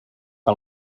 que